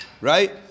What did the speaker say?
Right